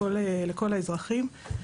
לכל האזרחים.